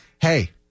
hey